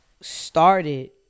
started